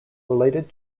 related